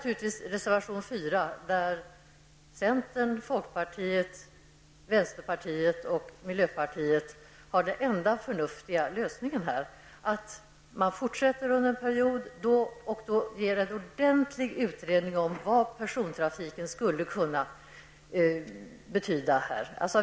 Reservation nr 4 från centern, folkpartiet, vänsterpartiet och miljöpartiet innebär den enda förnuftiga lösningen här: att man under en period fortsätter och gör en ordentlig utredning om vad persontrafiken skulle kunna betyda.